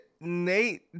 Nate